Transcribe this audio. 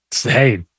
Hey